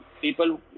People